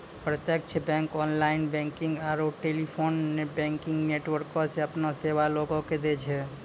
प्रत्यक्ष bank online banking आरू telephone banking नेटवर्को से अपनो सेबा लोगो के दै छै